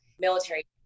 military